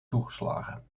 toegeslagen